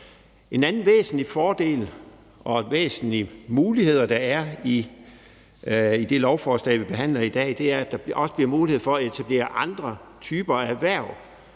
En anden væsentlig fordel og mulighed, der er i det lovforslag, vi behandler i dag, er, at der også bliver mulighed for at etablere andre typer erhverv